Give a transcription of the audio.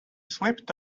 slipped